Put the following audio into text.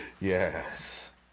Yes